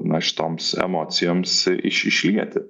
na šitoms emocijoms iš išlieti